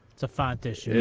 it's a font issue. yeah,